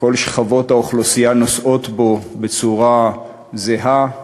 שכבות האוכלוסייה נושאות בו בצורה זהה,